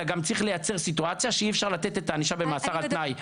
אלא גם צריך לייצר סיטואציה שאי אפשר לתת את הענישה במאסר על תנאי,